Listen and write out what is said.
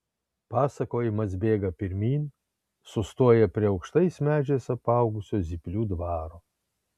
pasakojimas bėga pirmyn sustoja prie aukštais medžiais apaugusio zyplių dvaro